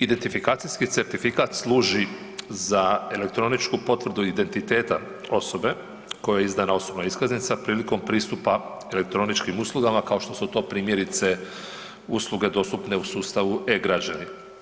Identifikacijski certifikat služi za elektroničku potvrdu identiteta osobe kojoj je izdana osobna iskaznica prilikom pristupa elektroničkim uslugama kao što su to primjerice usluge dostupne u sustavu e-građani.